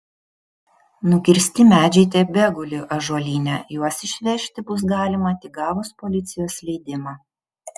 nukirsti medžiai tebeguli ąžuolyne juos išvežti bus galima tik gavus policijos leidimą